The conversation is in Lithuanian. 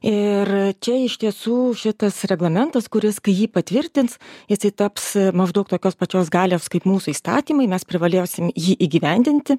ir čia iš tiesų šitas reglamentas kuris kai jį patvirtins jisai taps maždaug tokios pačios galios kaip mūsų įstatymai mes privalėsim jį įgyvendinti